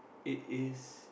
it is